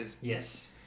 Yes